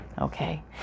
Okay